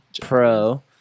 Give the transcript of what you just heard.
pro